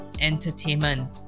Entertainment